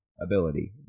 ability